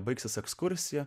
baigsis ekskursija